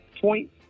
point